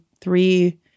three